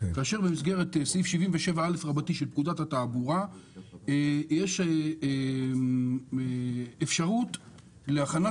ובסעיף 77א רבתי של פקודת התעבורה יש אפשרות להכנת